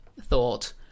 thought